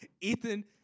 Ethan